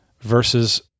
versus